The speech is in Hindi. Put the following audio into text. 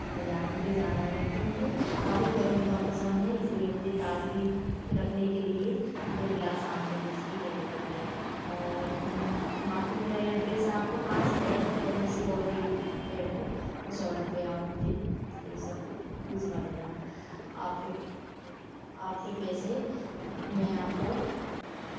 भेजा भेजाना है क्योंकि अभी गर्मी का मौसम है इसलिए मुझे ताज़गी रखने के लिए दो गिलास आम के जूस की जरूरत है और बाँकी मेरा एड्रैस आपको पास है पहले से ऑलरेडी ऐड है उस ऑर्डर पे आप मुझे ये सब भिजवा देना आपके आपके पैसे में आपको